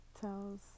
tells